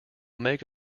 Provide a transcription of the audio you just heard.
make